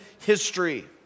history